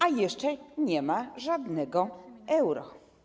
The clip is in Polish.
A jeszcze nie ma żadnego euro.